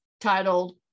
titled